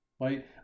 right